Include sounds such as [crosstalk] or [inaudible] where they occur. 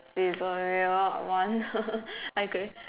Saizeriya I want [laughs] are you going